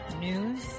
news